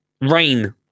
rain